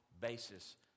basis